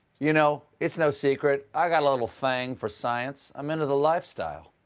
you know, it's no secret, i got a little thing for science. i'm into the lifestyle,